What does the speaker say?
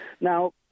now